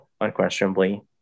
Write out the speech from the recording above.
unquestionably